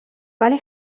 ولی